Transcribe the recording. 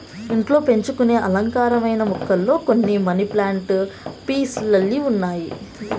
ఇంట్లో పెంచుకొనే అలంకారమైన మొక్కలలో కొన్ని మనీ ప్లాంట్, పీస్ లిల్లీ ఉన్నాయి